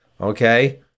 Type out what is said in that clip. okay